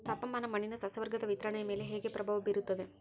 ತಾಪಮಾನ ಮಣ್ಣಿನ ಸಸ್ಯವರ್ಗದ ವಿತರಣೆಯ ಮೇಲೆ ಹೇಗೆ ಪ್ರಭಾವ ಬೇರುತ್ತದೆ?